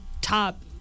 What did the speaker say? top